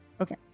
okay